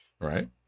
right